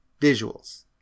visuals